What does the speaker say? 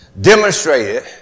demonstrated